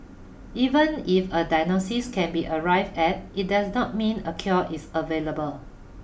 even if a diagnosis can be arrived at it does not mean a cure is available